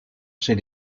chez